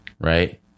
right